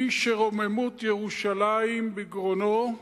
מי שרוממות ירושלים בגרונו,